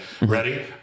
Ready